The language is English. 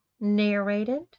Narrated